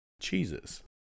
cheeses